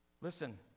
Listen